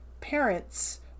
parents